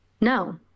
No